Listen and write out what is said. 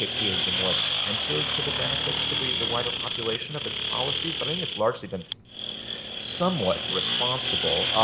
akp has been more attentive to the benefits to the the wider population of its policies. but i think it's largely been somewhat responsible.